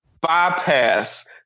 bypass